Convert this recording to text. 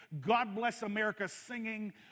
God-bless-America-singing